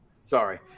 Sorry